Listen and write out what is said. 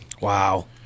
Wow